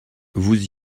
vous